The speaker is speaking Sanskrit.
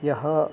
यः